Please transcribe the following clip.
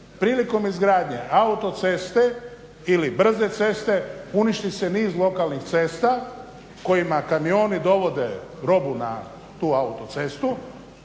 prilikom izgradnje autoceste ili brze ceste uništi se niz lokalnih cesta kojima kamioni dovode robu na tu autocestu